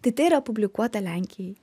tai tai yra publikuota lenkijai